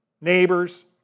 neighbors